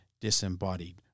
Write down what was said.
disembodied